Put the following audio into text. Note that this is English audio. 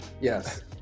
Yes